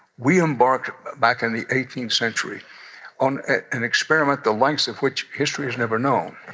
we embarked back in the eighteenth century on an experiment the lengths of which history has never known.